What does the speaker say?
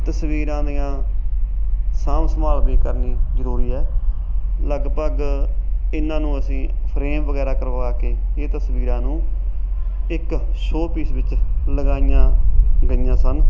ਤਸਵੀਰਾਂ ਦੀ ਸਾਂਭ ਸੰਭਾਲ ਵੀ ਕਰਨੀ ਜ਼ਰੂਰੀ ਹੈ ਲਗਭਗ ਇਹਨਾਂ ਨੂੰ ਅਸੀਂ ਫਰੇਮ ਵਗੈਰਾ ਕਰਵਾ ਕੇ ਇਹ ਤਸਵੀਰਾਂ ਨੂੰ ਇੱਕ ਸ਼ੋ ਪੀਸ ਵਿੱਚ ਲਗਾਈਆਂ ਗਈਆਂ ਸਨ